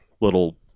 little